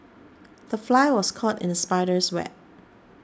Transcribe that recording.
the fly was caught in the spider's web